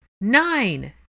Nine